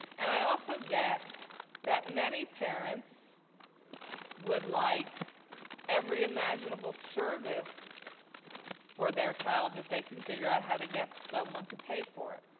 and i also get that many parents would like every imaginable service for their child if they can figure out how to get someone to pay for it.